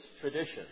tradition